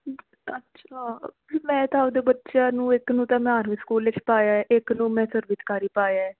ਅੱਛਾ ਮੈਂ ਤਾਂ ਆਪਦੇ ਬੱਚਿਆਂ ਨੂੰ ਇੱਕ ਨੂੰ ਤਾਂ ਆਰਮੀ ਸਕੂਲ ਵਿੱਚ ਪਾਇਆ ਇੱਕ ਨੂੰ ਮੈਂ ਸਰਬਿਤਕਾਰੀ ਪਾਇਆ